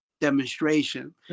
demonstration